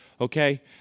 okay